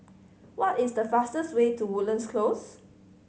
what is the fastest way to Woodlands Close